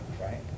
right